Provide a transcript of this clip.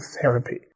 therapy